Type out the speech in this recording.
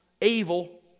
evil